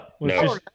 No